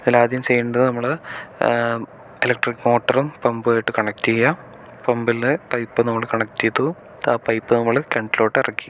ഇതിൽ ആദ്യം ചെയ്യേണ്ടത് നമ്മൾ ഇലക്ട്രിക് മോട്ടറും പമ്പുമായിട്ട് കണക്ട് ചെയ്യുക പമ്പിൽ നിന്ന് പൈപ്പ് നമ്മൾ കണക്ട് ചെയ്തു ആ പൈപ് നമ്മൾ കിണറ്റിലോട്ട് ഇറക്കി